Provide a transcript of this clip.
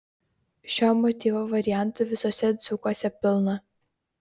šio motyvo variantų visuose dzūkuose pilna